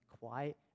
quiet